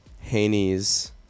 Haney's